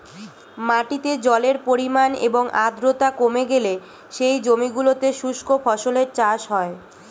মাটিতে জলের পরিমাণ এবং আর্দ্রতা কমে গেলে সেই জমিগুলোতে শুষ্ক ফসলের চাষ হয়